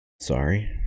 sorry